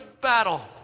battle